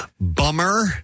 bummer